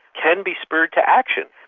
can be spurred to action.